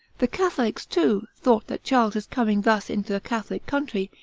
the catholics, too, thought that charles's coming thus into a catholic country,